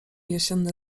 jesienne